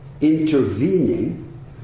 intervening